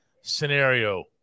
scenario